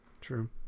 True